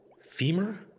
femur